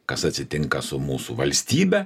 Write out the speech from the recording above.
kas atsitinka su mūsų valstybe